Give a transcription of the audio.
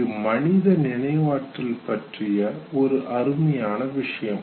இது மனித நினைவாற்றல் பற்றிய ஒரு அருமையான விஷயம்